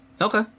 Okay